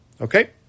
Okay